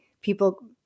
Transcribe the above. people